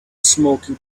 smoking